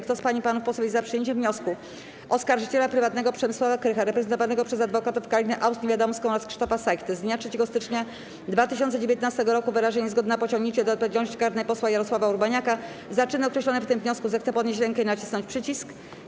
Kto z pań i panów posłów jest za przyjęciem wniosku oskarżyciela prywatnego Przemysława Krycha reprezentowanego przez adwokatów Karinę Aust-Niewiadomską oraz Krzysztofa Sajchtę z dnia 3 stycznia 2019 r. o wyrażenie zgody na pociągniecie do odpowiedzialności karnej posła Jarosława Urbaniaka za czyny określone w tym wniosku, zechce podnieść rękę i nacisnąć przycisk.